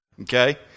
Okay